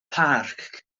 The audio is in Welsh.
parc